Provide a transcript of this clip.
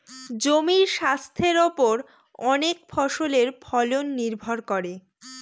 জমির স্বাস্থের ওপর অনেক ফসলের ফলন নির্ভর করে